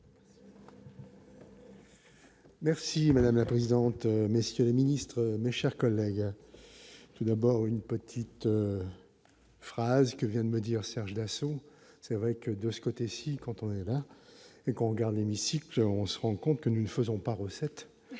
Merci madame la présidente, messieurs les ministres, mes chers collègues qu'il abhorre, une petite phrase que vient de me dire Serge Dassault c'est vrai que de ce côté-ci, quand on est là et qu'on garde l'hémicycle, on se rend compte que nous ne faisons pas recette